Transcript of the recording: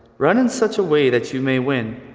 run in such a way that you may win.